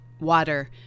water